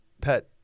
pet